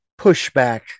pushback